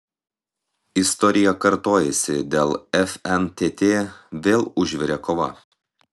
istorija kartojasi dėl fntt vėl užvirė kova